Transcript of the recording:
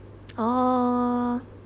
oh